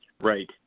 Right